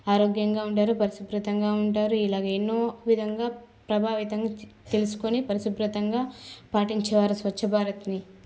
ఆరోగ్యంగా ఉంటారు పరిశుభ్రంగా ఉంటారు ఇలాగ ఎన్నో విధంగా ప్రభావితం తెలుసుకొని పరిశుభ్రంగా పాటించేవారు స్వచ్ఛభారత్ని